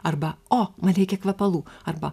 arba o man reikia kvepalų arba